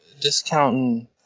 Discounting